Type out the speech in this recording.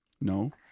No